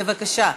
בבקשה.